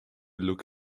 look